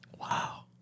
Wow